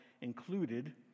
included